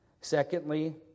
Secondly